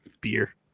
beer